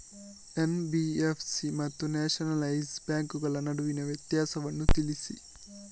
NBFC ಮತ್ತು nationalise ಬ್ಯಾಂಕುಗಳ ನಡುವಿನ ವ್ಯತ್ಯಾಸವನ್ನು ತಿಳಿಸಿ?